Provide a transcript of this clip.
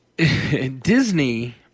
Disney